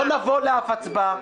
לא נבוא לאף הצבעה.